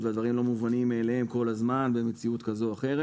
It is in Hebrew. הדברים לא מובנים מאליהם אבל הנושא עולה כל הזמן במציאות כזו או אחרת.